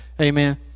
Amen